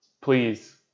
please